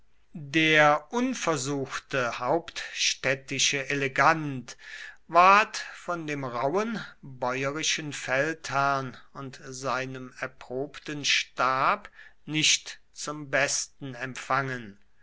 der unversuchte hauptstädtische elegant ward von dem rauben bäurischen feldherrn und seinem erprobten stab nicht zum besten empfangen